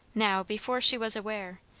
now, before she was aware,